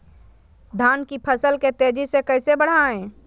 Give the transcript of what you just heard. धान की फसल के तेजी से कैसे बढ़ाएं?